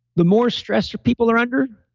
the more stress people are under,